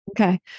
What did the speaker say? Okay